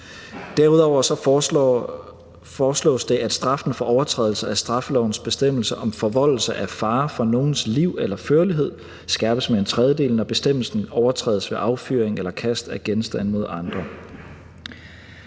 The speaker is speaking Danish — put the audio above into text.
Derudover foreslås det, at straffen for overtrædelse af straffelovens bestemmelse om forvoldelse af fare for nogens liv eller førlighed skærpes med en tredjedel, når bestemmelsen overtrædes ved affyring eller kast af genstande mod andre.